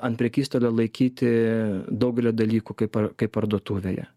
ant prekystalio laikyti daugelio dalykų kaip ar kaip parduotuvėje